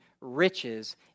riches